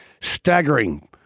staggering